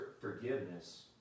forgiveness